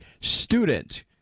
Student